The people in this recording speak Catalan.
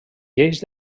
lleis